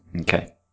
Okay